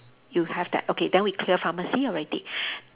you have that okay then we clear pharmacy already